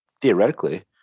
theoretically